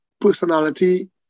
personality